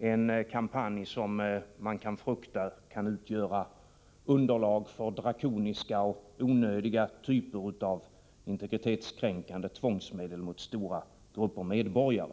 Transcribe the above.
Sådana kampanjer kan, om de får genomslag, befaras utgöra underlag för drakoniska och onödiga typer av integritetskränkande tvångsmedel mot stora grupper medborgare.